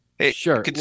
sure